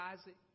Isaac